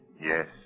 Yes